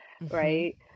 right